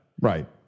Right